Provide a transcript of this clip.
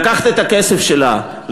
לקחת את הכסף שלה,